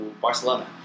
Barcelona